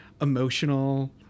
emotional